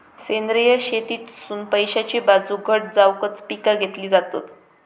सेंद्रिय शेतीतसुन पैशाची बाजू घट जावकच पिका घेतली जातत